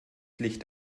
licht